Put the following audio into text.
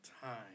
time